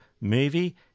movie